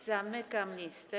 Zamykam listę.